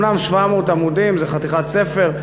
אומנם 700 עמודים, זה חתיכת ספר,